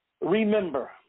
Remember